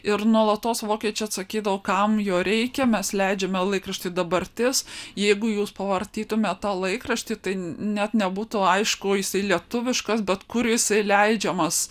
ir nuolatos vokiečiai atsakydavo kam jo reikia mes leidžiame laikraštį dabartis jeigu jūs pavartytumėt tą laikraštį tai net nebūtų aišku jisai lietuviškas bet kur jisai leidžiamas